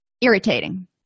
irritating